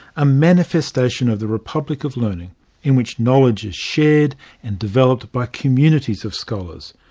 a manifestation of the republic of learning in which knowledge is shared and developed by communities of scholars.